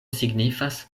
signifas